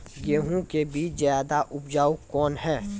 गेहूँ के बीज ज्यादा उपजाऊ कौन है?